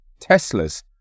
Teslas